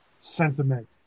sentiment